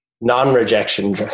non-rejection